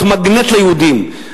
מדינת ישראל צריכה להיות מגנט ליהודים.